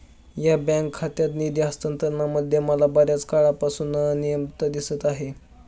या बँक खात्यात निधी हस्तांतरणामध्ये मला बर्याच काळापासून अनियमितता दिसत आहे